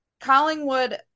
Collingwood